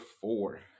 four